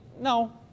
no